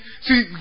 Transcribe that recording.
See